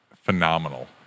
phenomenal